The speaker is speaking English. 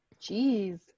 Jeez